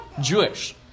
Jewish